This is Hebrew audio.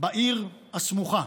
בעיר הסמוכה,